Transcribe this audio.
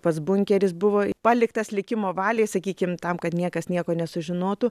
pats bunkeris buvo paliktas likimo valiai sakykim tam kad niekas nieko nesužinotų